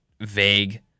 vague